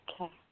Okay